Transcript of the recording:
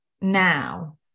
now